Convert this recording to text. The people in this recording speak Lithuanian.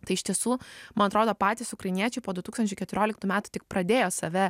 tai iš tiesų man atrodo patys ukrainiečiai po du tūkstančiai keturioliktų metų tik pradėjo save